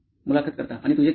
मुलाखत कर्ता आणि तुझे कॉलेज